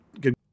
good